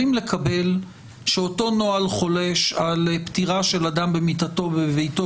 לקבל שאותו נוהל חולש על פטירה של אדם במיטתו בביתו